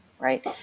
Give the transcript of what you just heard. Right